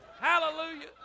Hallelujah